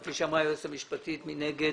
מי נגד?